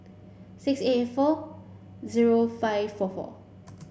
six eight eight four zero five four four